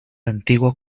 antiguo